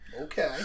Okay